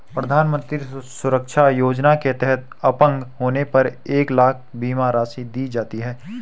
प्रधानमंत्री सुरक्षा योजना के तहत अपंग होने पर एक लाख बीमा राशि दी जाती है